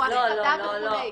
לא, לא, לא.